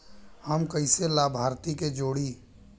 हम कइसे लाभार्थी के जोड़ी?